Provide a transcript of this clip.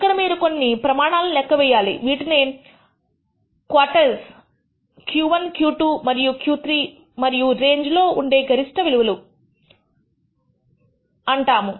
ఇక్కడ మీరు కొన్ని ప్రమాణాలను లెక్క వేయాలి వీటినే క్వోర్టైల్స్ Q1Q2 మరియు Q3 మరియు రేంజ్ లో ఉండే గరిష్ట కనిష్ట విలువలు అంటాము